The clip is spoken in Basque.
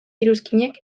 iruzkinek